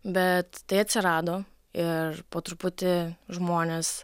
bet tai atsirado ir po truputį žmonės